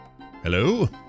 Hello